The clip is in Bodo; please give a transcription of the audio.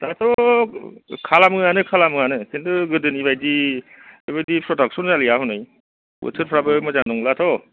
दाथ' खालामोआनो खालामो आनो खिन्थु गोदोनि बायदि बेबायदि फ्रदागसन जालिया हनै बोथोरफ्राबो मोजां नंलाथ'